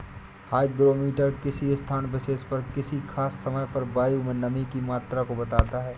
hygrometer किसी स्थान विशेष पर किसी खास समय पर वायु में नमी की मात्रा को बताता है